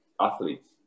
athletes